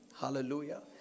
Hallelujah